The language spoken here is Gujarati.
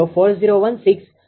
0030809 છે